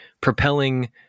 propelling